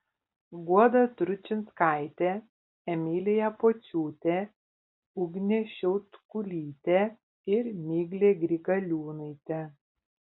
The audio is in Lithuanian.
guoda tručinskaitė emilija pociūtė ugnė šiautkulytė ir miglė grigaliūnaitė